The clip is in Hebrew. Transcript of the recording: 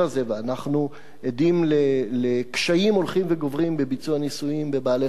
ואנחנו עדים לקשיים הולכים וגוברים בביצוע ניסויים בבעלי-חיים,